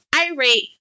irate